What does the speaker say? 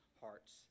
hearts